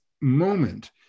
moment